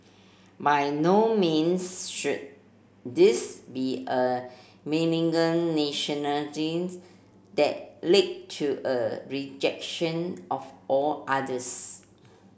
by no means should this be a malignant nationalism that lead to a rejection of all others